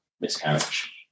miscarriage